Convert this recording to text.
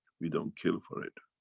we don't kill for it.